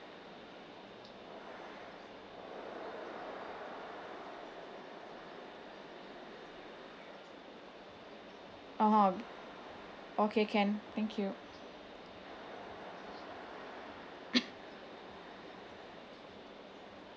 (uh huh) okay can thank you